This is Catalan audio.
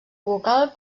vocal